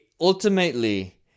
ultimately